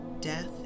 Death